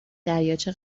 دریاچه